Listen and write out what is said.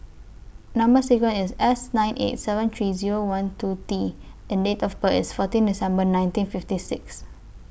Number sequence IS S nine eight seven three Zero one two T and Date of birth IS fourteen December nineteen fifty six